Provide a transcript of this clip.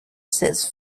says